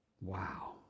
Wow